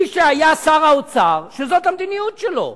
מי שהיה שר האוצר, שזו המדיניות שלו,